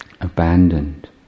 abandoned